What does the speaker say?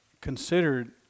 considered